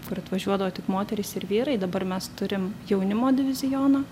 kur atvažiuodavo tik moterys ir vyrai dabar mes turim jaunimo divizioną